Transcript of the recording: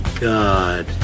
god